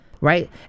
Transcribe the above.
right